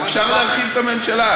אז אפשר להרחיב את הממשלה.